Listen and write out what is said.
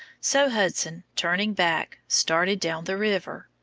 so hudson, turning back, started down the river.